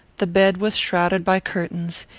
the bed was shrouded by curtains,